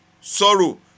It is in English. sorrow